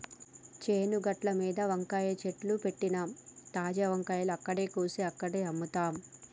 చేను గట్లమీద వంకాయ చెట్లు పెట్టినమ్, తాజా వంకాయలు అక్కడే కోసి అక్కడే అమ్ముతాం